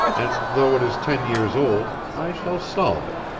and though it is ten years old, i shall solve it.